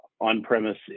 on-premise